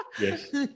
Yes